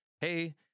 hey